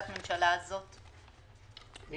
כי